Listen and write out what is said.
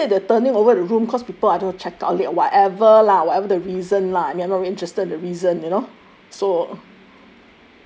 ya they said the turning over the room cause people I don't know ah check out late whatever lah whatever the reason lah I mean I'm not really interested in the reason you know so